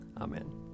Amen